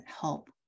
help